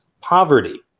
poverty